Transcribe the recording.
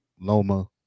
Loma